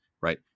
right